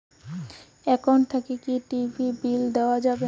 Account থাকি কি TV bill দেওয়া যাবে?